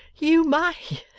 you may.